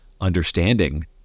understanding